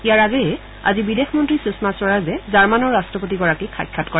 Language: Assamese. ইয়াৰ আগেয়ে আজি বিদেশ মন্ত্ৰী সুষমা স্বৰাজে জাৰ্মানৰ ৰাট্টপতিগৰাকীক সাক্ষাৎ কৰে